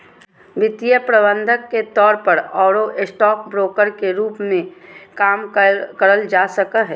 वित्तीय प्रबंधक के तौर पर आरो स्टॉक ब्रोकर के रूप मे काम करल जा सको हई